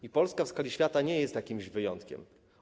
I Polska w skali świata nie jest jakimś wyjątkiem.